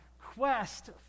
quest